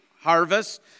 harvest